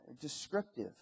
descriptive